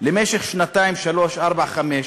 למשך שנתיים, שלוש שנים, ארבע, חמש,